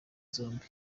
zombi